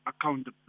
accountability